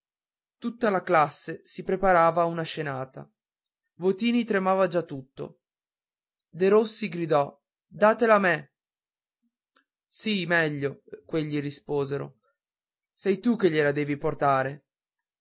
tutta la classe si preparava a una scenata votini tremava già tutto derossi gridò datela a me sì meglio quelli risposero sei tu che gliela devi portare